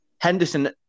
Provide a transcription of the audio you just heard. Henderson